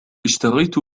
اِشتريت